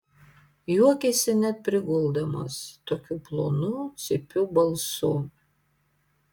juokėsi net priguldamas tokiu plonu cypiu balsu